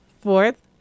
Fourth